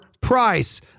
price